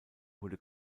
wurde